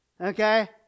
Okay